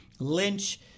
Lynch